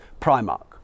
Primark